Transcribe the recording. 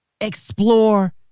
Explore